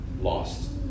lost